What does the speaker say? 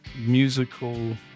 musical